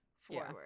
forward